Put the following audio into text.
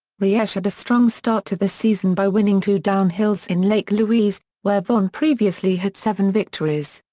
riesch had a strong start to the season by winning two downhills in lake louise, where vonn previously had seven victories.